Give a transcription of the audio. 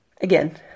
Again